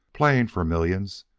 playing for millions,